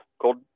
Gold